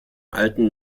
alten